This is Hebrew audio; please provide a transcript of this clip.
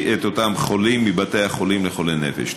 את אותם חולים מבתי החולים לחולי נפש?